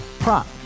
Prop